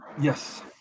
Yes